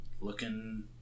looking